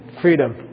freedom